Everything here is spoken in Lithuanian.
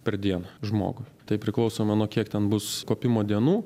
per dieną žmogui tai priklausoma nuo kiek ten bus kopimo dienų